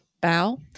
Bow